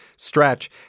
stretch